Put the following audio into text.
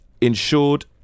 insured